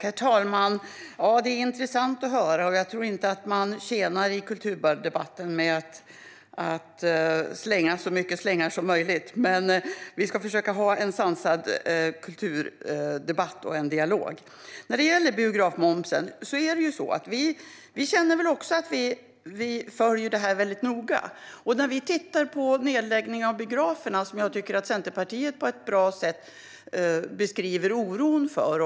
Herr talman! Det här är intressant att höra. Jag tror inte att man tjänar på att slänga så många slängar som möjligt i kulturdebatten. Vi ska försöka ha en sansad debatt och dialog. När det gäller biografmomsen känner vi också att vi följer det här noga. Vi tittar på nedläggning av biografer, som jag tycker att Centerpartiet på ett bra sätt beskriver oron för.